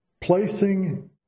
placing